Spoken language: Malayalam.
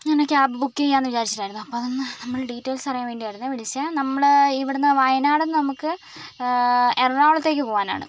ഇന്ന് തന്നെ ക്യാബ് ബുക്ക് ചെയ്യാമെന്ന് വിചാരിച്ചിട്ടായിരുന്നു അപ്പോൾ അതൊന്ന് നമ്മൾ ഡീറ്റെയിൽസ് അറിയാൻ വേണ്ടിയായിരുന്നേ വിളിച്ചത് നമ്മൾ ഇവിടുന്ന് വയനാടിൽ നിന്ന് നമുക്ക് എറണാകുളത്തേക്ക് പോകാനാണ്